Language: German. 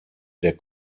der